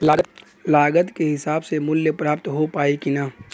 लागत के हिसाब से मूल्य प्राप्त हो पायी की ना?